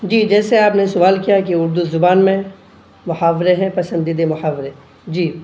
جی جیسے آپ نے سوال کیا کہ اردو زبان میں محاورے ہیں پسندیدہ محاورے جی